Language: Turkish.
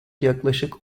yaklaşık